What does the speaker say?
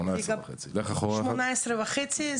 18.5 שעות.